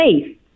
safe